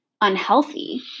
unhealthy